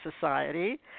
Society